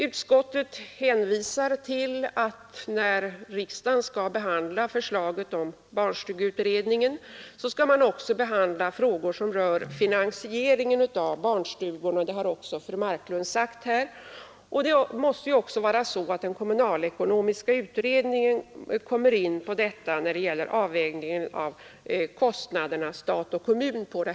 Utskottet hänvisar till att riksdagen när den skall behandla barnstugeutredningens förslag också skall ta upp frågor som rör finansieringen av barnstugorna, som också fru Marklund nämnde. Den kommunalekonomiska utredningen måste också komma in på detta när den behandlar avvägningen av kostnaderna mellan stat och kommun.